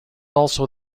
also